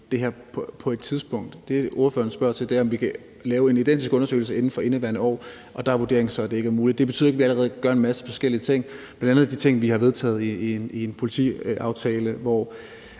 det her på et tidspunkt. Det, som ordføreren spørger til, er, om vi kan lave en identisk undersøgelse inden for indeværende år, og der er vurderingen så, at det ikke er muligt. Det betyder ikke, at vi ikke allerede gør en masse forskellige ting, bl.a. de ting, vi har vedtaget i en politiaftale, hvor